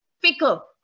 fickle